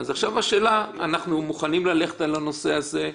עכשיו השאלה אם אנחנו מוכנים ללכת על הנושא הזה.